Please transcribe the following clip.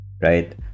Right